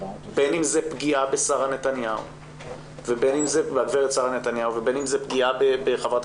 בין אם זו פגיעה בגברת שרה נתניהו ובין אם זו פגיעה בחברת